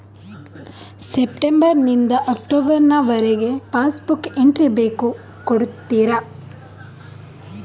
September ನಿಂದ October ವರಗೆ passbook entry ಬೇಕು ಕೊಡುತ್ತೀರಾ?